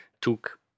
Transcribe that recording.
took